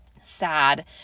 sad